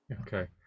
Okay